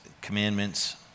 commandments